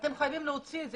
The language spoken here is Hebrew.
אתם חייבים להוציא את זה.